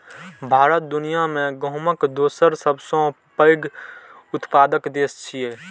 भारत दुनिया मे गहूमक दोसर सबसं पैघ उत्पादक देश छियै